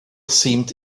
seemed